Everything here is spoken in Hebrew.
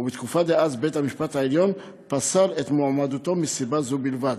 ובתקופה דאז בית-המשפט העליון פסל את מועמדתו מסיבה זו בלבד,